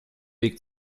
weg